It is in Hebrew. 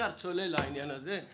ישר צולל לעניין הזה.